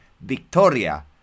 Victoria